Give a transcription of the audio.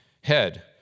Head